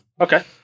Okay